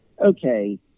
okay